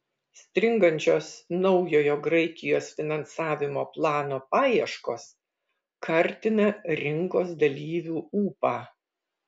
stringančios naujojo graikijos finansavimo plano paieškos kartina rinkos dalyvių ūpą